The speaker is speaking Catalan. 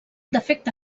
defecte